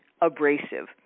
abrasive